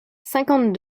cinquante